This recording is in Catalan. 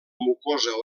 mucosa